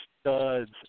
studs